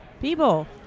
people